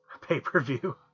pay-per-view